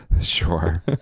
Sure